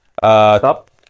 Stop